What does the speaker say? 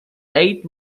ate